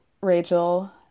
Rachel